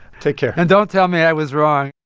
take care and don't tell me i was wrong